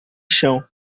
chão